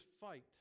fight